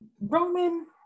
Roman